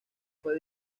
fue